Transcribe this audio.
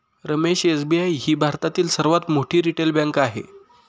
Ramesh SBI ही भारतातील सर्वात मोठी रिटेल बँक आहे